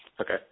Okay